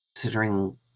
considering